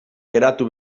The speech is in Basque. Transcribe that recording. geratu